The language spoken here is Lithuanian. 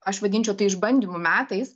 aš vadinčiau tai išbandymų metais